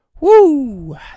Woo